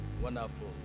Wonderful